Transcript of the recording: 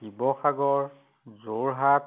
Sivasagar Jorhat